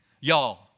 Y'all